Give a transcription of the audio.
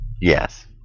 Yes